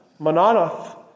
Mananoth